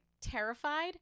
terrified